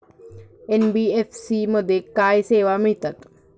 NBFC मध्ये काय सेवा मिळतात?